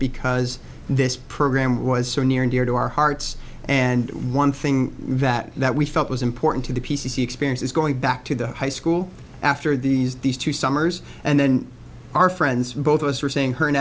because this program was so near and dear to our hearts and one thing that that we felt was important to the p c c experience is going back to the high school after these these two summers and then our friends both of us are seeing her